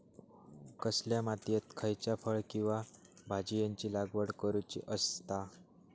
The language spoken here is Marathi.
कसल्या मातीयेत खयच्या फळ किंवा भाजीयेंची लागवड करुची असता?